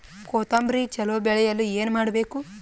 ಕೊತೊಂಬ್ರಿ ಚಲೋ ಬೆಳೆಯಲು ಏನ್ ಮಾಡ್ಬೇಕು?